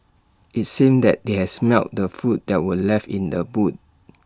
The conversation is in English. IT seemed that they had smelt the food that were left in the boot